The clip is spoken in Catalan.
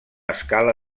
escala